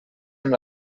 amb